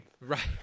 Right